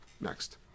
Next